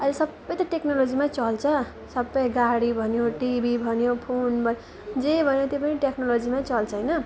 अहिले सबै त टेक्नोलोजीमै चल्छ सबै गाडी भन्यो टिभी भन्यो फोन भन्यो जे भन्यो त्यो पनि टेक्नोलोजीमै चल्छ होइन